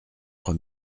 trois